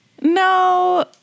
No